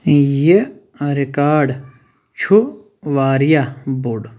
یہِ رِکاڈ چھُ واریٛاہ بوٚڑ